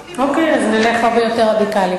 אוקיי, אז נלך על משהו הרבה יותר רדיקלי.